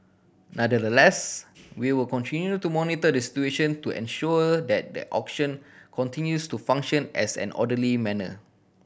nonetheless we will continue to monitor the situation to ensure that the auction continues to function as an orderly manner